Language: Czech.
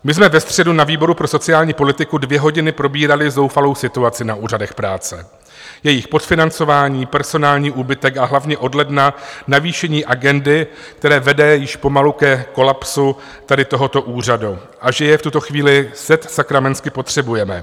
My jsme ve středu na výboru pro sociální politiku dvě hodiny probírali zoufalou situaci na úřadech práce, jejich podfinancování, personální úbytek, a hlavně od ledna navýšení agendy, které vede již pomalu ke kolapsu tady tohoto úřadu, a že je v tuto chvíli setsakramentsky potřebujeme.